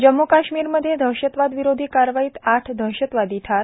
जम्म् काष्मीरमध्ये दहशतवादविरोधी कारवाईत आठ दहशतवादी ठार